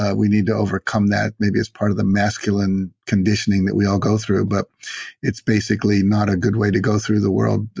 ah we need to overcome that maybe as part of the masculine conditioning that we all go through but it's basically not a good way to go through the world.